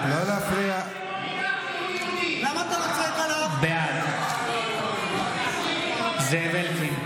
אלהרר, בעד זאב אלקין,